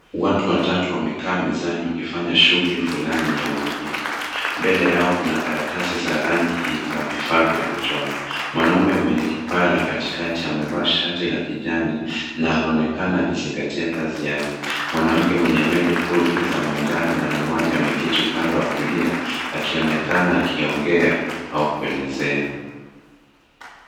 Watu watatu wamekaa mezani wakifanya shughuli fulani ya ubunifu. Mbele yao kuna karatasi za rangi na vifaa vya kuchora. Mwanaume mwenye kipara katikati amevaa shati la kijani na anaonekana akizingatia kazi yake. Mwanamke mwenye nywele fupi za manjano na miwani ameketi upande wa kulia, akionekana akiongea au kuelezea.